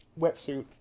wetsuit